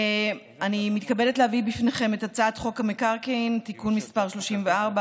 אני מתכבדת להביא בפניכם את הצעת חוק המקרקעין (תיקון מס׳ 34),